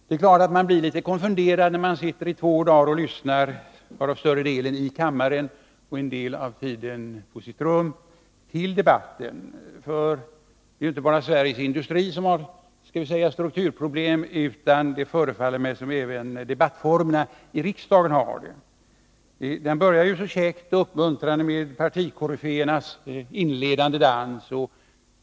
Det är klart att man blir litet konfunderad när man sitter i två dagar och lyssnar till debatten — större delen av tiden här i kammaren och en del av tiden på sitt rum. Det är inte bara Sveriges industri som har strukturproblem, utan det förefaller mig som om även debattformerna i riksdagen har det. Debatten började så käckt och uppmuntrande med partikoryféernas inledande dans.